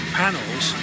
panels